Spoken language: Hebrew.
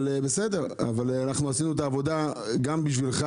אבל אנחנו עשינו את העבודה גם בשבילך.